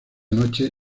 noche